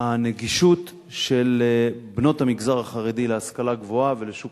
הנגישות של בנות המגזר החרדי להשכלה גבוהה ולשוק